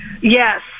Yes